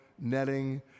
netting